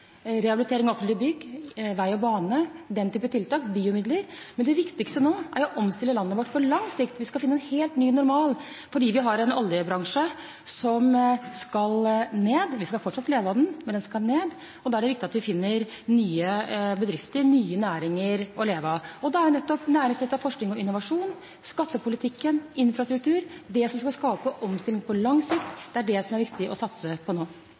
rehabilitering av offentlig bygg, vei og bane – den type tiltak – og BIO-midler. Det viktigste nå er å omstille landet vårt på lang sikt. Vi skal finne en helt ny normal fordi vi har en oljebransje som skal ned. Vi skal fortsatt leve av den, men den skal ned. Da er det viktig at vi finner nye bedrifter, nye næringer å leve av. Da er nettopp næringsrettet forskning og innovasjon, skattepolitikken, infrastruktur – det som skal skape omstilling på lang sikt – det som det er viktig å satse på nå.